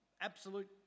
absolute